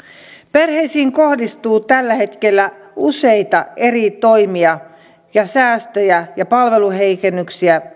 perheisiin kohdistuu tällä hetkellä samanaikaisesti useita eri toimia säästöjä ja palveluheikennyksiä